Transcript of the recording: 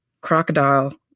Crocodile